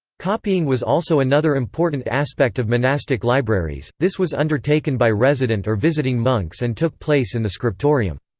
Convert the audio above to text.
copying was also another important aspect of monastic libraries, this was undertaken by resident or visiting monks and took place in the scriptorium.